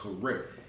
correct